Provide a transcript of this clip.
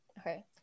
Okay